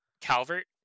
Calvert